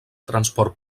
transport